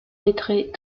d’être